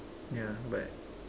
yeah but